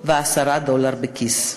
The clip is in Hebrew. השתקעותם של "אזרחים עולים" אזרחים